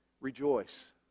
rejoice